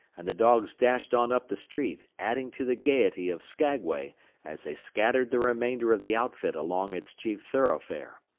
and the dogs dashed on up the street, adding to the gayety of skaguay as they scattered the remainder of the outfit along its chief thoroughfare.